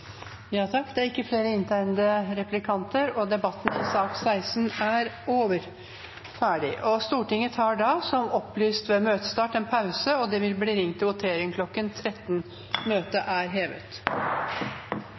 er omme. Flere har ikke bedt om ordet til sak nr. 16. Stortinget tar nå, som opplyst om ved møtestart, en pause, og det vil bli ringt til votering kl. 13.